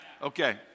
Okay